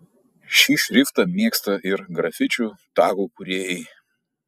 šį šriftą mėgsta ir grafičių tagų kūrėjai